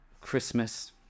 Christmas